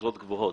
התקרות גבוהות